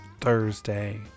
Thursday